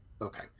Okay